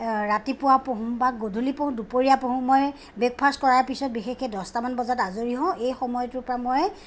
ৰাতিপুৱা পঢ়ো বা গধূলি পঢ়ো দুপৰীয়া পঢ়ো মই ব্ৰেকফাষ্ট কৰাৰ পিছত বিশেষকৈ দহটামান বজাত আজৰি হওঁ এই সময়টোৰপৰা মই